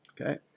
Okay